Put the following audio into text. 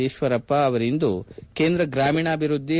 ಈಶ್ವರಪ್ಪ ಅವರಿಂದು ಕೇಂದ್ರ ಗ್ರಾಮೀಣಾಭಿವೃದ್ದಿ